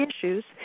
issues